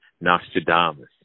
Nostradamus